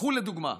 קחו דוגמה: